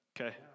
Okay